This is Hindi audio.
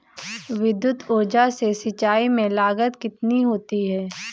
विद्युत ऊर्जा से सिंचाई में लागत कितनी होती है?